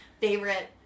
favorite